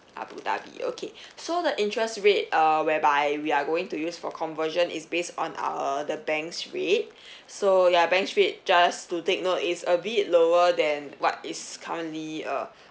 abu dhabi okay so the interest rate uh whereby we are going to use for conversion is based on our the bank's rate so ya bank's rate just to take note it's a bit lower than what is currently uh